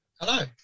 Hello